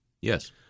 Yes